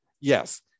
Yes